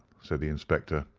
said the inspector.